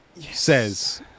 Says